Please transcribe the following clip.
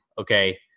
okay